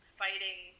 fighting